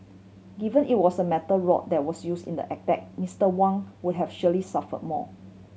given it was a metal rod that was use in the attack Mister Wang would have surely suffer more